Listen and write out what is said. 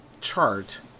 chart